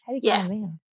Yes